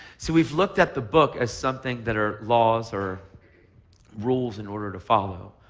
so we've looked at the book as something that are laws or rules in order to follow,